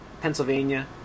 Pennsylvania